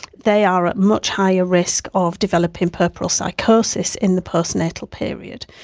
they are at much higher risk of developing puerperal psychosis in the postnatal period.